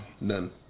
None